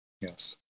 Yes